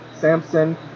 Samson